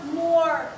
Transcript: more